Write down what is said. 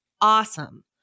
awesome